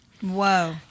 whoa